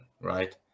right